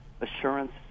assurance